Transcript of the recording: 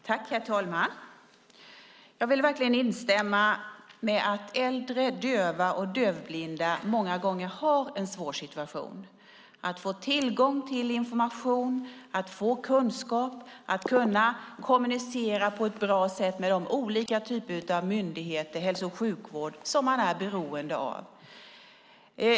Herr talman! Jag vill verkligen instämma i att äldre döva och dövblinda många gånger har en svår situation att få tillgång till information, att få kunskap, att kommunicera på ett bra sätt med de olika typer av myndigheter, hälso och sjukvård som de är beroende av.